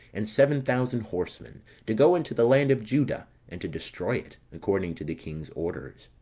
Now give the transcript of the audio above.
and seven thousand horsemen to go into the land of juda, and to destroy it, according to the king's orders.